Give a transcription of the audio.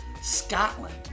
Scotland